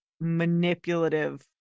manipulative